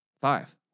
five